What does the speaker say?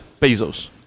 Bezos